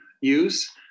use